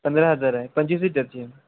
पंधरा हजार आहे पंचवीस सीटरची